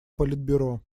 политбюро